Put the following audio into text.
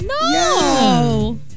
No